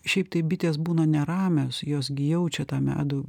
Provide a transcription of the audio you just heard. šiaip tai bitės būna neramios jos gi jaučia tą medų